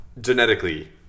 genetically